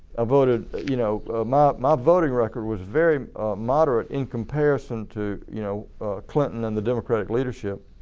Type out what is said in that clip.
ah voted you know ah my my voting record was very moderate in comparison to you know clinton and the democratic leadership.